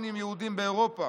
מיליונים יהודים באירופה,